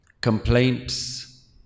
complaints